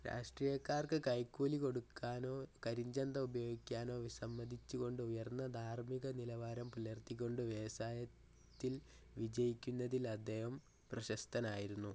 രാഷ്ട്രീയക്കാർക്ക് കൈക്കൂലി കൊടുക്കാനോ കരിഞ്ചന്ത ഉപയോഗിക്കാനോ വിസമ്മതിച്ചുകൊണ്ട് ഉയർന്ന ധാർമ്മിക നിലവാരം പുലർത്തിക്കൊണ്ട് വ്യവസായത്തില് വിജയിക്കുന്നതിൽ അദ്ദേഹം പ്രശസ്തനായിരുന്നു